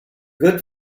good